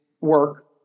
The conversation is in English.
work